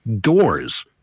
doors